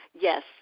Yes